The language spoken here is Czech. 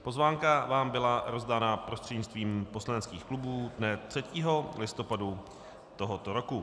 Pozvánka vám byla rozdaná prostřednictvím poslaneckých klubů dne 3. listopadu tohoto roku.